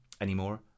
anymore